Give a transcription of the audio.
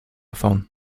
phone